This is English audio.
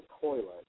toilet